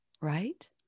right